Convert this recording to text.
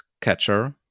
catcher